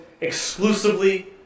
exclusively